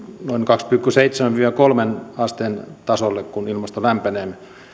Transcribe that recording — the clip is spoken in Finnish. noin kaksi pilkku seitsemän viiva kolmeen asteen tasolle kun ilmasto lämpenee